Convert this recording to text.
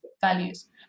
values